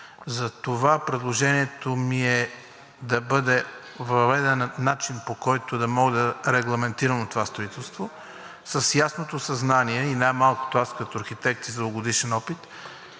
Затова предложението ми е да бъде въведен начин, по който да може да е регламентирано това строителство, с ясното съзнание и най малкото аз като архитект с дългогодишен опит